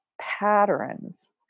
patterns